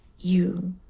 you,